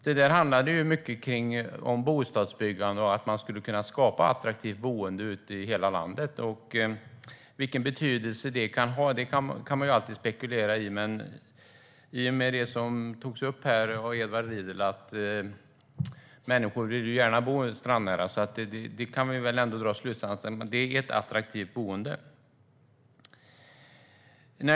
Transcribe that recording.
Det handlade mycket om bostadsbyggande och om att man skulle kunna skapa ett attraktivt boende i hela landet. Vilken betydelse det kan ha kan man alltid spekulera i. Men Edward Riedl tog upp att människor gärna vill bo strandnära, så vi kan väl ändå dra slutsatsen att det är ett attraktivt boende.